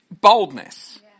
boldness